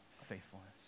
faithfulness